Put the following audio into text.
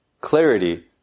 clarity